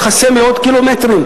שתכסה מאות קילומטרים,